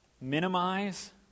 minimize